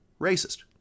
racist